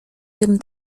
tym